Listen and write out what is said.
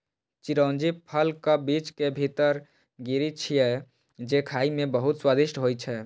चिरौंजी फलक बीज के भीतर गिरी छियै, जे खाइ मे बहुत स्वादिष्ट होइ छै